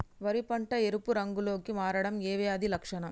వరి పంట ఎరుపు రంగు లో కి మారడం ఏ వ్యాధి లక్షణం?